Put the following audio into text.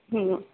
ہوں